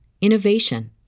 innovation